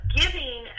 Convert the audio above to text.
giving